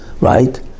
right